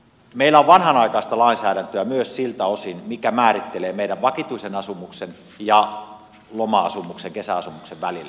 meillä on vanhanaikaista lainsäädäntöä myös siltä osin mikä määrittelee meidän vakituisen asumuksen ja loma asumuksen kesäasumuksen välillä